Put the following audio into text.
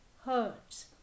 hurts